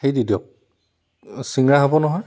হেৰি দি দিয়ক ছিঙৰা হ'ব নহয়